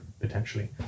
potentially